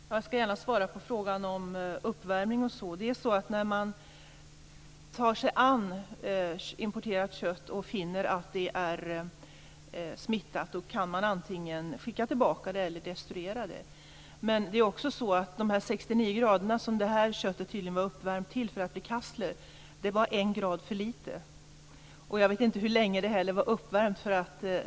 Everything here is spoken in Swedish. Fru talman! Jag ska gärna svara på frågan om uppvärmning. När man tar sig an importerat kött och finner att det är smittat kan man antingen skicka tillbaka det eller destruera det. Men det är också så att de 69 grader som detta kött tydligen var uppvärmt till för att bli kassler var en grad för lite. Jag vet inte heller hur länge det var uppvärmt.